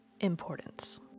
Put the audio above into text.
importance